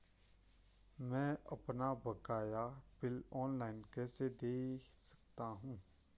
मैं अपना बकाया बिल ऑनलाइन कैसे दें सकता हूँ?